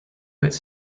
its